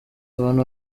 abantu